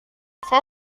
saya